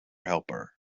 helper